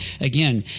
again